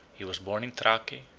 he was born in thrace,